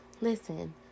listen